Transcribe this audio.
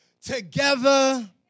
together